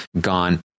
gone